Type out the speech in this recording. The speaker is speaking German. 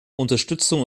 unterstützung